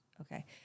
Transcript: Okay